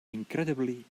incredibly